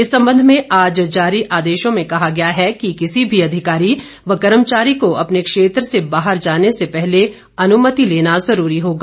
इस संबंध में आज जारी आदेशों में कहा गया है कि किसी भी अधिकारी व कर्मचारी को अपने क्षेत्र से बाहर जाने से पहले अनुमति लेना जरूरी होगा